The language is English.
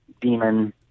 demon